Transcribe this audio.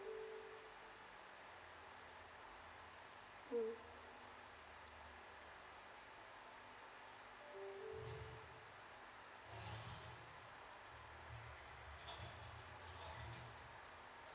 mm